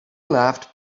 laughed